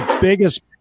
biggest